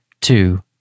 Two